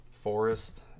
Forest